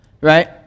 right